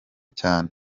cyane